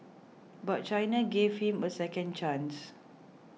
but China gave him a second chance